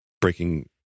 breaking